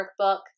workbook